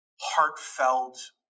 heartfelt